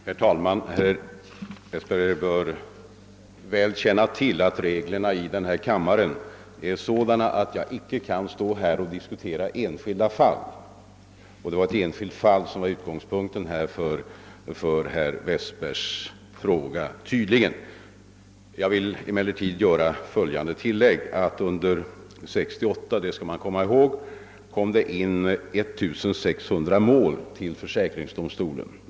Herr talman! Herr Westberg bör väl känna till att reglerna i denna kammare är sådana att jag inte kan diskutera enskilda fall — och det var tydligen ett enskilt fall som bildade utgångspunkten för herr Westbergs fråga. Jag vill emellertid göra följande tillägg. Under år 1968 kom 1 600 mål till försäkringsdomstolen.